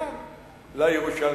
ובעיקר לירושלמים.